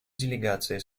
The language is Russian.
делегация